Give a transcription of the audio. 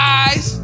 eyes